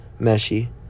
Meshi